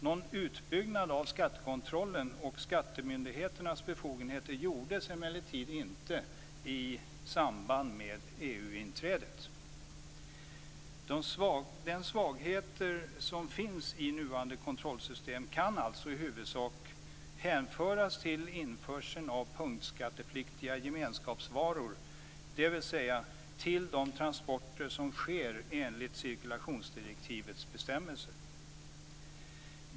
Någon utbyggnad av skattekontrollen och skattemyndigheternas befogenheter genomfördes emellertid inte i samband med De svagheter som finns i nuvarande kontrollsystem kan i huvudsak hänföras till införseln av punktskattepliktiga gemenskapsvaror, dvs. till de transporter som sker enligt cirkulationsdirektivets bestämmelser.